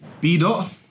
B-Dot